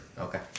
Okay